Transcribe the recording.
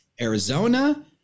Arizona